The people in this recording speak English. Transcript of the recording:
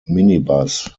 minibus